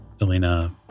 Elena